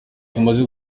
tumaze